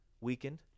weakened